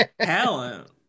Talent